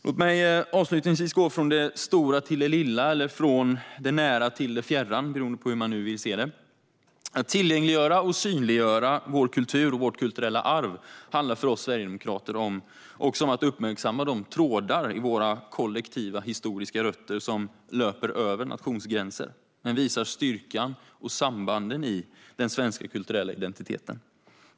Låt mig avslutningsvis gå från det stora till det lilla eller från det nära till det fjärran, beroende på hur man vill se det. Att tillgängliggöra och synliggöra vår kultur och vårt kulturella arv handlar för oss sverigedemokrater också om att uppmärksamma de trådar i våra kollektiva historiska rötter som löper över nationsgränser och visar styrkan och sambanden i den svenska kulturella identiteten.